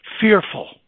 fearful